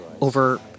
over